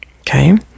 okay